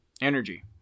energy